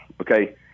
okay